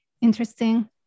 interesting